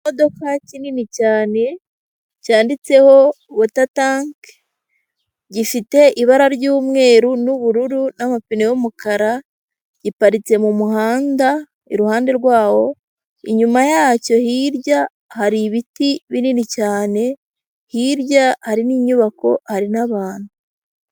Ikimodoka kinini cyane cyanditseho wata tanki gifite ibara ry'umweru n'ubururu n'amapine y'umukara, giparitse mu muhanda, iruhande rwawo inyuma yacyo hirya hari ibiti binini cyane, hirya harimo inyubako hari n'abantu.